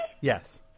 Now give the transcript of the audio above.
Yes